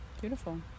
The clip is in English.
Beautiful